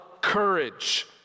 courage